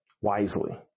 wisely